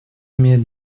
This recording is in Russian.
имеет